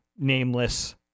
nameless